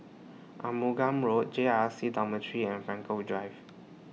Arumugam Road J R C Dormitory and Frankel Drive